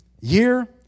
year